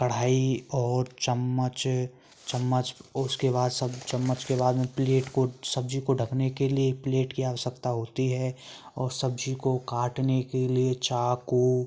कड़ाही और चम्मच चम्मच उसके बाद सब चम्मच के बाद में प्लेट को सब्जी को ढंकने के लिए प्लेट की आवश्यकता होती है और सब्जी को काटने के लिए चाकू